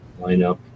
lineup